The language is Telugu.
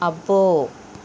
అబ్బో